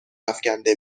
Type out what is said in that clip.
افکنده